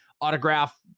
autograph